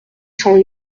cent